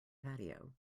patio